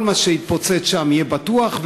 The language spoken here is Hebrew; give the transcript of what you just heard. כל מה שיתפוצץ שם יהיה בטוח,